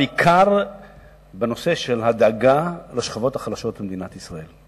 בעיקר בנושא של הדאגה לשכבות החלשות במדינת ישראל.